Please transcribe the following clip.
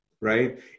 right